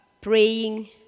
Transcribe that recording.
praying